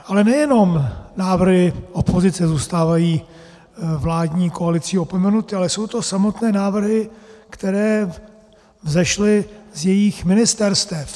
Ale nejenom návrhy opozice zůstávají vládní koalicí opomenuty, ale jsou to samotné návrhy, které vzešly z jejich ministerstev.